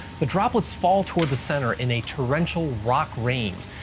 the droplets fall tour the center in a torrential rock rain,